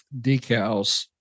decals